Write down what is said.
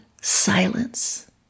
silence